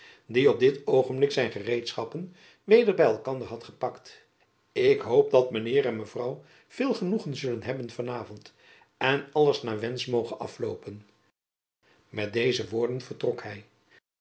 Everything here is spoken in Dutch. die op dit oogenblik zijn gereedschappen weder by elkander had gepakt ik hoop dat mijn heer en mevrouw veel genoegen zullen hebben van avond en alles naar wensch moge afloopen met deze woorden vertrok hy